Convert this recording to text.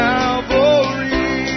Calvary